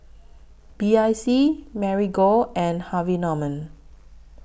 B I C Marigold and Harvey Norman